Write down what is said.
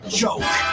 joke